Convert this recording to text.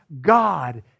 God